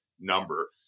number